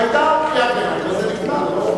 היתה קריאת ביניים וזה נגמר.